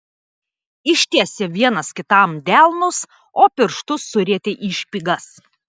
ištiesė vienas kitam delnus o pirštus surietė į špygas